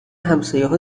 همسایهها